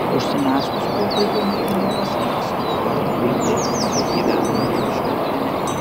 užsimezgus pokalbiui mergina pasakė savo vardą bei tai kad gyvena kupiškio rajone